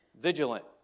Vigilant